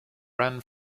ran